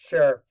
Sure